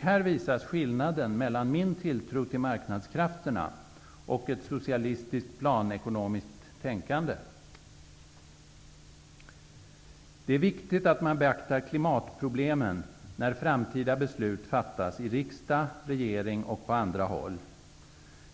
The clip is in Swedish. Här visas skillnaden mellan min tilltro till marknadskrafterna och ett socialistiskt planekonomiskt tänkande. Det är viktigt att man beaktar klimatproblemen när framtida beslut fattas i riksdag, regering och på andra håll.